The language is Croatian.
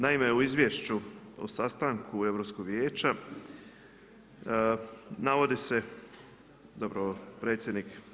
Naime o izvješću o sastanku Europskog vijeća navodi se, zapravo predsjednik